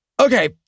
Okay